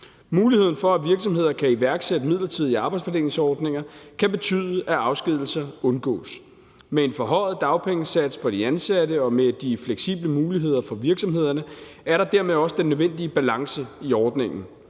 Muligheden for, at virksomheder kan iværksætte midlertidige arbejdsfordelingsordninger, kan betyde, at afskedigelser undgås. Med en forhøjet dagpengesats for de ansatte og med de fleksible muligheder for virksomhederne er der dermed også den nødvendige balance i ordningen.